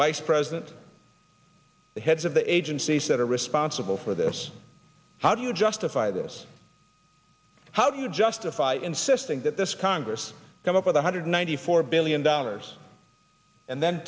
vice president the heads of the agencies that are responsible for this how do you justify this how do you justify insisting that this congress come up with one hundred ninety four billion dollars and then